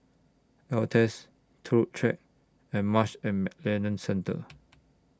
Altez Turut Track and Marsh and McLennan Centre